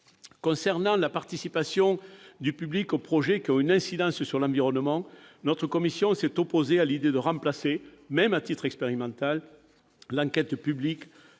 Concernant la participation du public aux projets qui ont une incidence sur l'environnement, la commission s'est opposée à l'idée de remplacer, même à titre expérimental, l'enquête publique